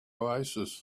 oasis